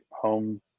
home